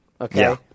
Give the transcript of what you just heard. Okay